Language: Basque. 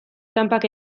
tranpak